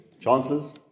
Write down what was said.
Chances